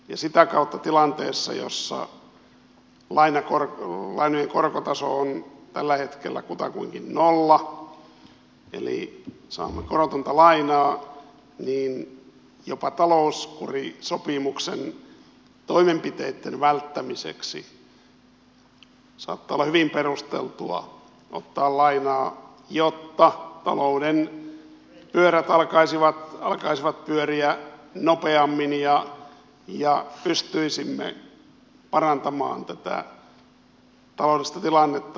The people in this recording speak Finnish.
ja sitä kautta tilanteessa jossa lainojen korkotaso on tällä hetkellä kutakuinkin nolla eli saamme korotonta lainaa jopa talouskurisopimuksen toimenpiteitten välttämiseksi saattaa olla hyvin perusteltua ottaa lainaa jotta talouden pyörät alkaisivat pyöriä nopeammin ja pystyisimme parantamaan tätä taloudellista tilannetta